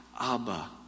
Abba